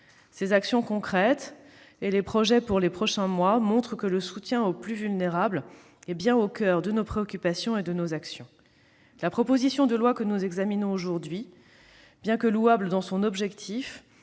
Ces actions concrètes et les projets pour les prochains mois montrent que le soutien aux plus vulnérables est au coeur de nos préoccupations et de nos actions. La proposition de loi que nous examinons aujourd'hui, bien que louable dans son objectif,